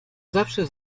zawsze